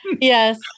Yes